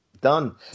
Done